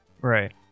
right